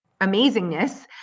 amazingness